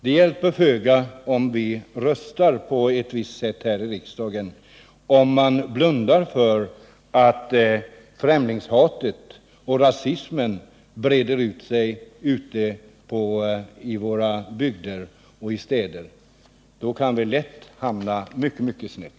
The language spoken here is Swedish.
Det hjälper föga att rösta på ett visst sätt här i riksdagen, om man blundar för att främlingshat och rasism breder ut sig i våra bygder och städer. Då kan vi lätt hamna mycket snett.